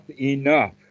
enough